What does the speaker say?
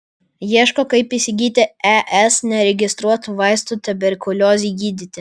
ieško kaip įsigyti es neregistruotų vaistų tuberkuliozei gydyti